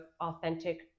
authentic